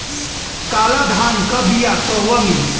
काला धान क बिया कहवा मिली?